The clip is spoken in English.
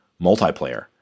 multiplayer